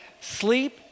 Sleep